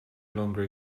longer